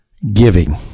giving